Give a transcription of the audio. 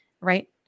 right